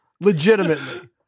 Legitimately